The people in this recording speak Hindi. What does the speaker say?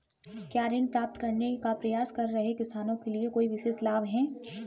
क्या ऋण प्राप्त करने का प्रयास कर रहे किसानों के लिए कोई विशेष लाभ हैं?